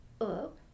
up